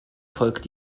folgt